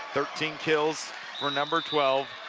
thirteen kills for number twelve,